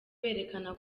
berekana